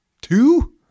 two